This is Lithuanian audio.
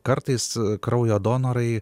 kartais kraujo donorai